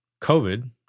COVID